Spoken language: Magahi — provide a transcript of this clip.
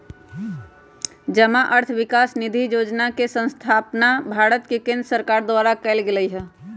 जमा अर्थ विकास निधि जोजना के स्थापना भारत के केंद्र सरकार द्वारा कएल गेल हइ